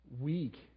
weak